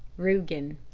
rugen.